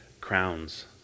crowns